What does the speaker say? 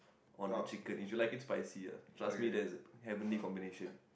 on the chicken if you like it spicy ah trust me that's a heavenly combination